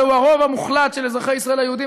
זהו הרוב המוחלט של אזרחי ישראל היהודים,